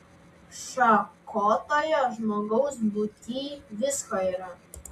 šakotoje žmogaus būtyj visko yra